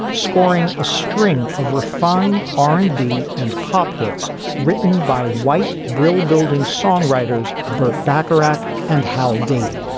scoring a string of refined r and b and pop hits written by white brill building songwriters burt bacharach and hal david.